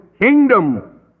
kingdom